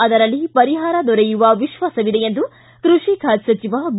ಅದರಲ್ಲಿ ಪರಿಹಾರ ದೊರೆಯುವ ವಿಶ್ವಾಸವಿದೆ ಎಂದು ಕೃಷಿ ಖಾತೆ ಸಚಿವ ಬಿ